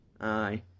aye